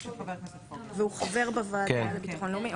והוא חבר בוועדה לביטחון לאומי?